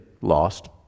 lost